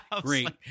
Great